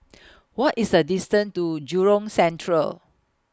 What IS The distance to Jurong Central